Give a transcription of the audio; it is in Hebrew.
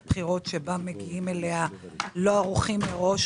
בחירות כשמגיעים אליה לא ערוכים מראש,